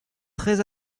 très